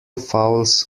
fouls